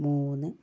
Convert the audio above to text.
മൂന്ന്